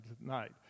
tonight